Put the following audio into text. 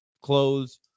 clothes